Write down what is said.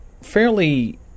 fairly –